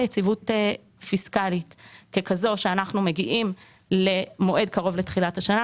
יציבות פיסקלית ככזו שאנחנו מגיעים למועד קרוב לתחילת השנה,